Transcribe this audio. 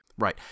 Right